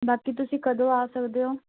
ਬਾਕੀ ਤੁਸੀਂ ਕਦੋਂ ਆ ਸਕਦੇ ਹੋ